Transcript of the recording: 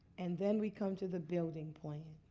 and then we come to the building plan.